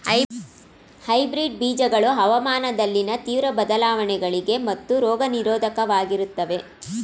hybrid ಬೀಜಗಳು ಹವಾಮಾನದಲ್ಲಿನ ತೀವ್ರ ಬದಲಾವಣೆಗಳಿಗೆ ಮತ್ತು ರೋಗ ನಿರೋಧಕವಾಗಿರುತ್ತವೆ